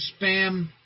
spam